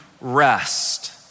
rest